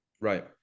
Right